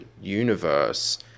universe